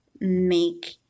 make